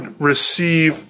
receive